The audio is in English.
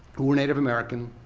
who were native american